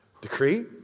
Decree